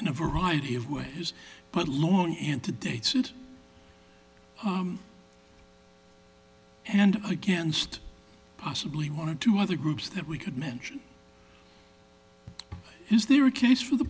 in a variety of ways but long and to dates and and against possibly one or two other groups that we could mention is there a case for the